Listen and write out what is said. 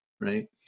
Right